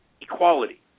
equality